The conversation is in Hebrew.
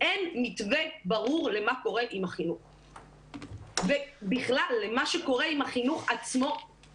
אין מתווה ברור למה קורה עם החינוך ובכלל למה שקורה עם החינוך עצמו,